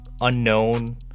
unknown